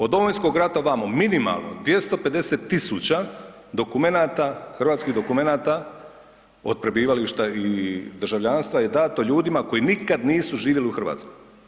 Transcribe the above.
Od Domovinskog rata vamo, minimalno 250 000 dokumenata, hrvatskih dokumenata od prebivališta i državljanstva je dato ljudima koji nikad nisu živjeli u RH.